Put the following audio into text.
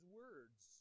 words